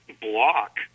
block